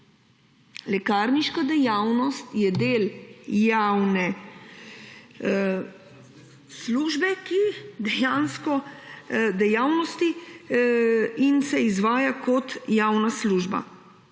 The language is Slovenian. Lekarniška dejavnost je del javne dejavnosti in se izvaja kot javna služba,